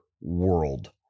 world